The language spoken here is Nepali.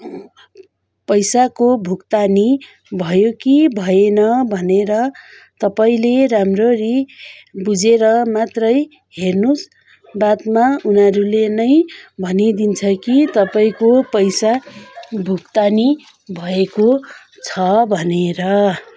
पैसाको भुक्तानी भयो कि भएन भनेर तपाईँले राम्ररी बुझेर मात्रै हेर्नु होस् बादमा उनीहरूले नै भनिदिन्छ कि तपाईँको पैसा भुक्तानी भएको छ भनेर